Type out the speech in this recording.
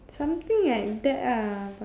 something like that lah but